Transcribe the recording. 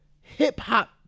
hip-hop